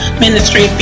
ministry